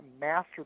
master